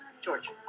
George